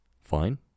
fine